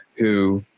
who.